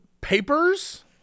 papers